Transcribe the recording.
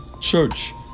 church